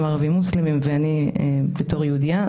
גם ערבים מוסלמיים ובתור יהודייה,